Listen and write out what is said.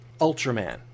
ultraman